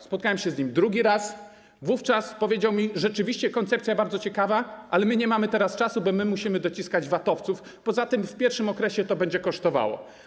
Spotkałem się z nim drugi raz, wówczas powiedział mi: rzeczywiście koncepcja bardzo ciekawa, ale my nie mamy teraz czasu, bo my musimy dociskać vatowców, poza tym w pierwszym okresie to będzie kosztowało.